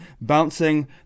bouncing